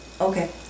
Okay